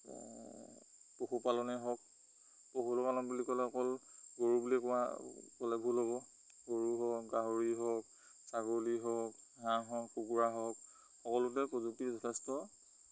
পশুপালনেই হওক পশুপালন বুলি ক'লে অকল গৰু বুলি কোৱা ক'লে ভুল হ'ব গৰু হওক গাহৰি হওক ছাগলী হওক হাঁহ হওক কুকুৰা হওক সকলোতে প্ৰযুক্তিৰ যথেষ্ট